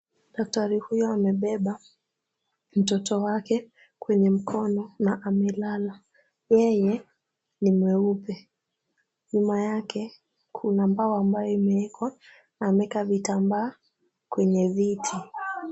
Daktari, huyo amebeba. Mtoto wake kwenye mkono na amelala. Yeye ni mweupe. Nyuma yake kuna mbao ambayo imewekwa na ameweka vitambaa kwenye viti.